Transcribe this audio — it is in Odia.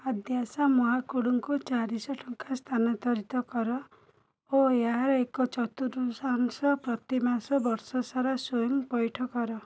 ଆଦ୍ୟାଶା ମହାକୁଡ଼ଙ୍କୁ ଚାରିଶହ ଟଙ୍କା ସ୍ଥାନାନ୍ତରିତ କର ଓ ଏହାର ଏକ ଚତୁର୍ଥାଂଶ ପ୍ରତି ମାସ ବର୍ଷ ସାରା ସ୍ଵୟଂ ପଇଠ କର